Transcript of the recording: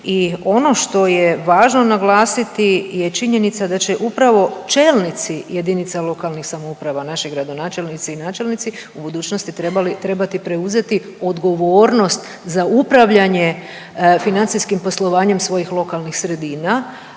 i ono što je važno naglasiti je činjenica da će upravo čelnici jedinice lokalne samouprave naši gradonačelnici i načelnici u budućnosti trebati preuzeti odgovornost za upravljanje financijskim poslovanjem svojih lokalnih sredina,